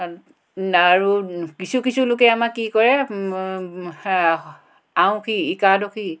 কাৰণ আৰু কিছু কিছু লোকে আমাৰ কি কৰে আঁউসী একাদশী